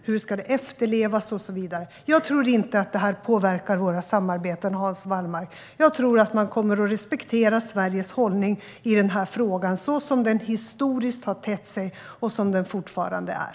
Hur ska det efterlevas? Jag tror inte att detta påverkar våra samarbeten, Hans Wallmark. I stället tror jag att man kommer att respektera Sveriges hållning i denna fråga så som den historiskt har tett sig och som den fortfarande är.